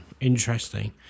Interesting